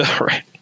right